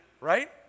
right